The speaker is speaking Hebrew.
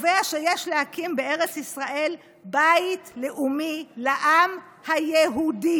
קובע שיש להקים בארץ ישראל בית לאומי לעם היהודי,